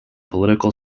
political